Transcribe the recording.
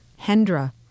Hendra